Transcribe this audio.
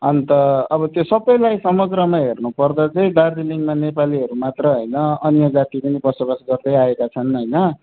अन्त अब त्यो सबलाई समग्रमा हेर्नु पर्दा चाहिँ दार्जिलिङमा नेपालीहरू मात्र होइन अन्य जातिहरू बसोबास गर्दै आएका छन् होइन